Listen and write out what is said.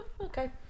Okay